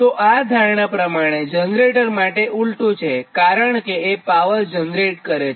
તો આ ધારણા પ્રમાણેજનરેટર માટે ઉલટું છેકારણ કે એ પાવર જનરેટ કરે છે